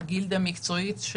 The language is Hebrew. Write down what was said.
גילדה מקצועית.